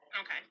Okay